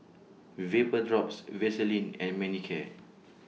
Vapodrops Vaselin and Manicare